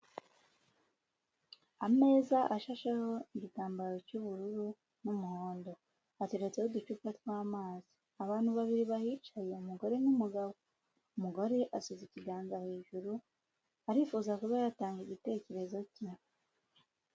Ameza ashasheho igitambaro cy'ubururu n'umuhondo. Ateretseho uducupa tw'amazi. abantu babiri bahicaye umugore n'umugabo, umugore asize ikiganza hejuru, arifuza kuba yatanga igitekerezo cye.